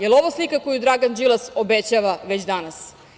Jel ovo slika koju Dragan Đilas obećava već danas?